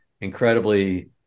incredibly